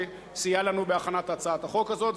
שסייע לנו בהכנת הצעת החוק הזאת,